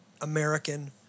American